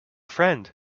friend